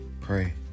pray